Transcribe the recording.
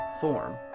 form